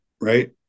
right